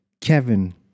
Kevin